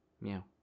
Meow